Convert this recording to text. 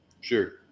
Sure